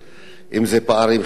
אם זה פערים חברתיים.